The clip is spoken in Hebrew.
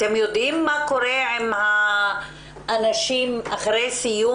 אתם יודעים מה קורה עם האנשים אחרי מתן הצו?